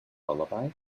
lullaby